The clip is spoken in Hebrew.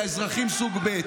(חבר הכנסת חנוך מלביצקי יוצא מאולם המליאה.)